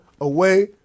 away